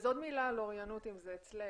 אז עוד מילה על אוריינות אם זה אצלך.